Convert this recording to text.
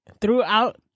throughout